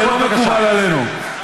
עשית עם האצבע ככה, זה לא מקובל עלינו.